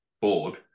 Board